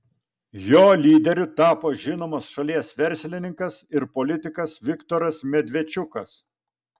jo lyderiu tapo žinomas šalies verslininkas ir politikas viktoras medvedčiukas